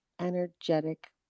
energetic